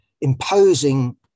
imposing